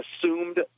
assumed